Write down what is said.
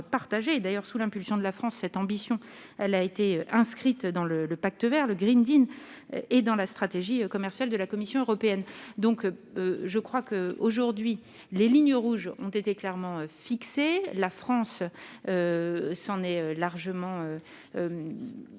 d'ailleurs sous l'impulsion de la France, cette ambition, elle a été inscrite dans le pacte Vert le Green Dean et dans la stratégie commerciale de la Commission européenne, donc je crois que aujourd'hui les lignes rouges ont été clairement fixé la France s'en est largement